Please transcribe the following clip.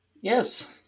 Yes